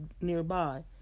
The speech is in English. nearby